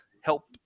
help